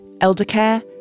eldercare